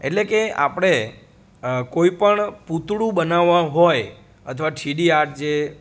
એટલે કે આપણે કોઈપણ પુતળું બનાવા હોય અથવા થ્રિડી આર્ટ જે